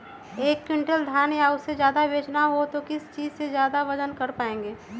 एक क्विंटल धान या उससे ज्यादा बेचना हो तो किस चीज से जल्दी वजन कर पायेंगे?